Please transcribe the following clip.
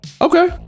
Okay